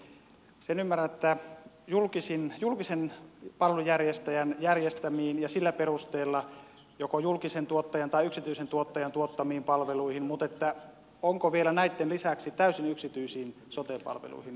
sen ymmärrän että tätä sovelletaan julkisen palvelunjärjestäjän järjestämiin ja sillä perusteella joko julkisen tuottajan tai yksityisen tuottajan tuottamiin palveluihin mutta onko vielä näitten lisäksi tätä lakia tarkoitus soveltaa täysin yksityisiin sote palveluihin